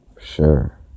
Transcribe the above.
sure